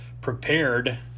prepared